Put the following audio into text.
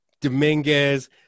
Dominguez